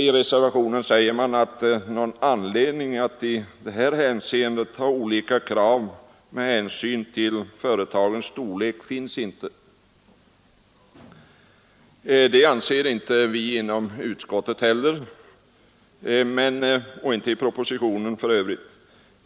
I reservationen står det: ”Någon anledning att i detta hänseende ha olika krav med hänsyn till företagens storlek finns inte.” Det anser inte heller vi inom utskottet, och så står det också i propositionen.